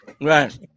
Right